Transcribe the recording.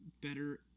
better